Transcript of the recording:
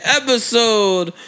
episode